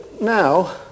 now